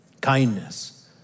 kindness